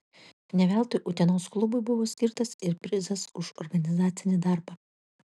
ne veltui utenos klubui buvo skirtas ir prizas už organizacinį darbą